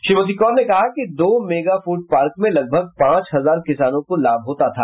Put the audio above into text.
श्रीमती कौर ने कहा कि दो मेगा फूड पार्क में लगभग पांच हजार किसानों को लाभ होता था